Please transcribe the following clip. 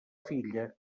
filla